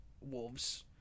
Wolves